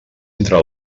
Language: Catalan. entre